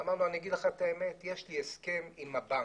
אמר מוכר הגרעינים לחברו: יש לי הסכם עם הבנק.